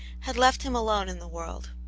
had left him alone in the world.